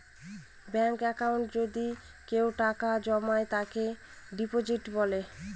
ব্যাঙ্কে একাউন্টে যদি কেউ টাকা জমায় তাকে ডিপোজিট বলে